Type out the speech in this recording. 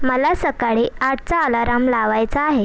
मला सकाळी आठचा अलाराम लावायचा आहे